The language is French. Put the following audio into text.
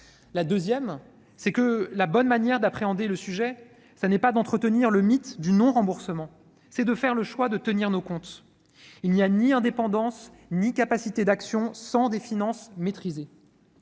d'autre part, que la bonne manière d'appréhender le sujet, ce n'est pas d'entretenir le mythe du non-remboursement, c'est de faire le choix de tenir nos comptes. Il n'y a ni indépendance ni capacité d'action sans des finances maîtrisées.